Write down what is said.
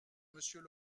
monsieur